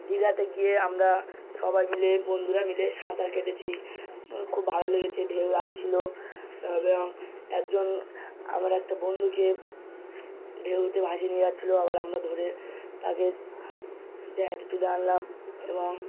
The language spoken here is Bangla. দিঘাতে গিয়ে আমরা সবাই মিলে বন্ধুরা মিলে সাঁতার কেটেছি খুব ভালো লেগেছে ঢেউ আসছিল এভাবে একজন আমার একটা বন্ধুকে ঢেউতে ভাসিয়ে নিয়ে যাচ্ছিল আবার আমরা ধরে তাকে তুলে আনলাম এবং